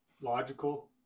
logical